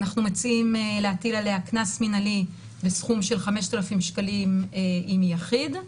אנחנו מציעים להטיל עליה קנס מנהלי בסכום של 5,000 שקלים אם יחיד,